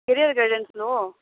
career గైడెన్స్లో